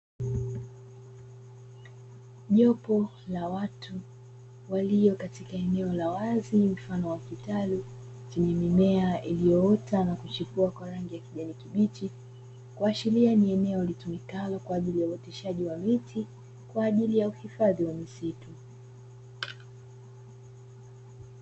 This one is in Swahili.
Jopo la watu walio katika eneo la wazi mfano wa kitalu chenye mimea iliyoota na kuchipua kwa rangi ya kijani kibichi, kuashiria ni eneo litumikalo kwa ajili ya uoteshaji wa miti kwa ajili ya uhifadhi wa misitu.